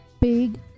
big